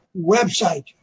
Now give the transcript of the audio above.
website